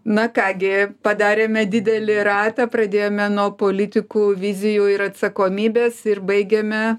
na ką gi padarėme didelį ratą pradėjome nuo politikų vizijų ir atsakomybės ir baigėme